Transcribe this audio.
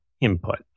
input